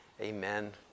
Amen